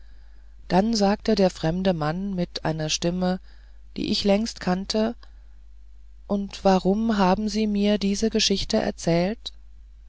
dann sagte der fremde mann mit einer stimme die ich längst kannte und warum haben sie mir diese geschichte erzählt